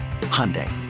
Hyundai